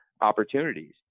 opportunities